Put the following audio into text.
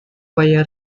via